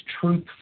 Truth